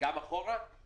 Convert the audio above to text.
גם אחורה?